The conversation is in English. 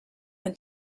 than